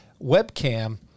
webcam